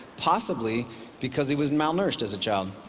possibly because he was malnourished as a child.